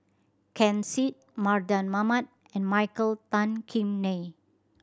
Ken Seet Mardan Mamat and Michael Tan Kim Nei